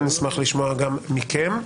כן נשמח לשמוע גם מכם.